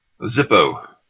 Zippo